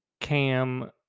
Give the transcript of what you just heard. cam